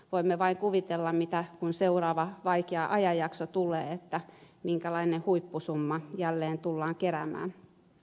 voimme vain kuvitella kun seuraava vaikea ajanjakso tulee minkälainen huippusumma jälleen tullaan keräämään